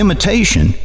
Imitation